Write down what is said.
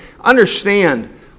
Understand